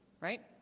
right